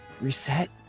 Reset